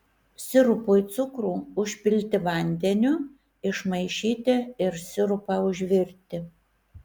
sirupui cukrų užpilti vandeniu išmaišyti ir sirupą užvirti